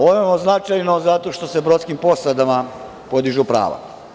Ovo je veoma značajno zato što se brodskim posadama podižu prava.